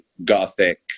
gothic